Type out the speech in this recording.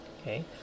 okay